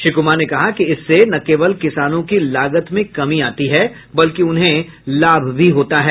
श्री कुमार ने कहा कि इससे न केवल किसानों की लागत में कमी आती है बल्कि उन्हें लाभ भी होता है